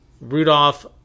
rudolph